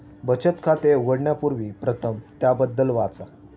बचत खाते उघडण्यापूर्वी प्रथम त्याबद्दल वाचा